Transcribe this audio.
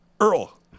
Earl